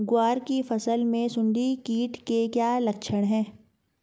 ग्वार की फसल में सुंडी कीट के क्या लक्षण है?